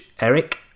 Eric